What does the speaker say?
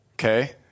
Okay